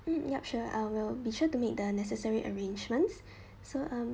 mm yup sure I'll will be sure to make the necessary arrangements so um